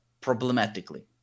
problematically